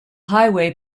highway